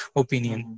opinion